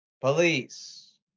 police